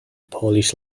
polish